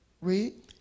Read